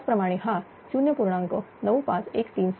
त्याचप्रमाणे हा 0